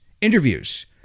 interviews